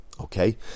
Okay